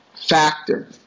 factor